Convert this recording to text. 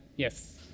Yes